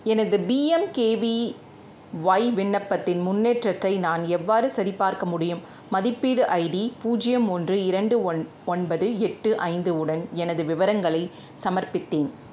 எனது பிஎம்கேவிஒய் விண்ணப்பத்தின் முன்னேற்றத்தை நான் எவ்வாறு சரிபார்க்க முடியும் மதிப்பீடு ஐடி பூஜ்யம் ஒன்று இரண்டு ஒன் ஒன்பது எட்டு ஐந்து உடன் எனது விவரங்களை சமர்ப்பித்தேன்